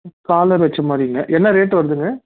collar வச்ச மாதிரிங்க என்ன ரேட் வருதுங்க